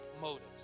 motives